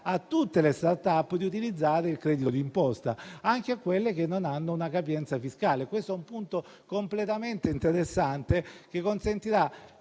tutte le *start-up* di utilizzare il credito d'imposta, anche a quelle che non hanno una capienza fiscale. Questo è un punto molto interessante che consentirà